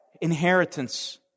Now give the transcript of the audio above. inheritance